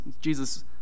Jesus